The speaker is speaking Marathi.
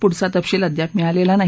पुढचा तपशील अद्याप मिळालेला नाही